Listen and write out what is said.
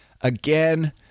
again